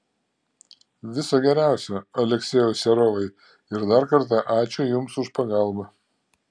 viso geriausio aleksejau serovai ir dar kartą ačiū jums už pagalbą